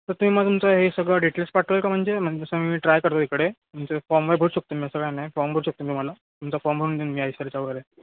तर तुम्ही मग तुमचा हे सगळं डिटेल्स पाठवाल का म्हणजे म्हणजे मी ट्राय करतो इकडे म्हणजे फॉर्म वगैरे भरू शकतो मी सगळं नाही फॉर्म भरू शकतो मी तुम्हाला तुमचा फॉर्म भरून देऊ ना मी आय सी आर चा वगैरे